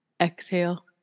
Exhale